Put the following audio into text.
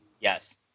yes